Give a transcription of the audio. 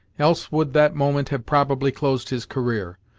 else would that moment have probably closed his career.